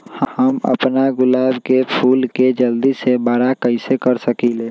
हम अपना गुलाब के फूल के जल्दी से बारा कईसे कर सकिंले?